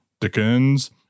Dickens